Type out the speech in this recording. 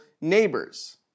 neighbors